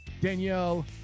Danielle